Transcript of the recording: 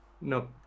No